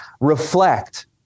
reflect